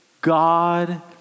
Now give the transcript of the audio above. God